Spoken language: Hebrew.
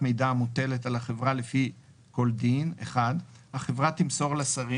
מידע המוטלת על החברה לפי כל דין החברה תמסור לשרים,